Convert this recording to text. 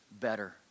better